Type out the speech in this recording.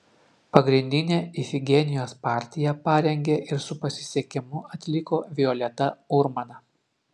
pagrindinę ifigenijos partiją parengė ir su pasisekimu atliko violeta urmana